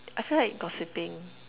I feel like gossiping